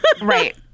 Right